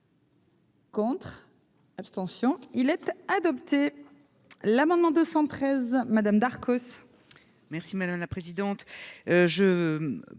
pour. Abstention il être adopté l'amendement 213 Madame Darcos. Merci madame la présidente,